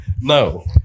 No